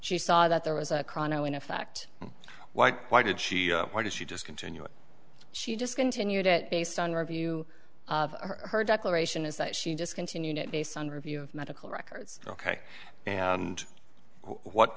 she saw that there was a cron o in effect why why did she why did she just continue it she just continued it based on review of her declaration is that she just continued it based on review of medical records ok and what